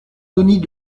denis